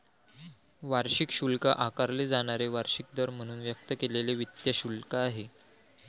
वार्षिक शुल्क आकारले जाणारे वार्षिक दर म्हणून व्यक्त केलेले वित्त शुल्क आहे